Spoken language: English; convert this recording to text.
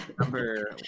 number